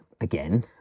again